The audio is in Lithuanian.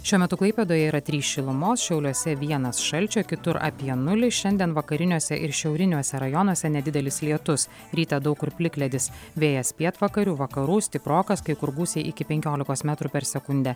šiuo metu klaipėdoje yra trys šilumos šiauliuose vienas šalčio kitur apie nulį šiandien vakariniuose ir šiauriniuose rajonuose nedidelis lietus rytą daug kur plikledis vėjas pietvakarių vakarų stiprokas kai kur gūsiai iki penkiolikos metrų per sekundę